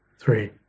three